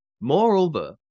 Moreover